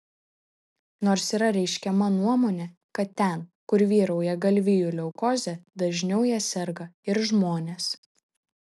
nors yra reiškiama nuomonė kad ten kur vyrauja galvijų leukozė dažniau ja serga ir žmonės